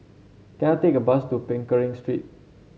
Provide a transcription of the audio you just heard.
can I take a bus to Pickering Street